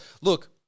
Look